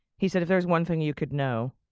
he said, if there's one thing you could know,